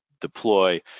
deploy